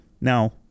Now